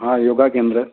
हा योगा केंद्र